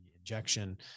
injection